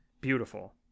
Beautiful